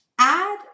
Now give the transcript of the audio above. Add